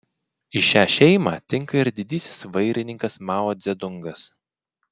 į šią šeimą tinka ir didysis vairininkas mao dzedungas